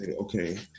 okay